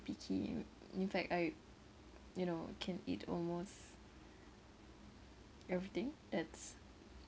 picky in in fact I you know can eat almost everything that's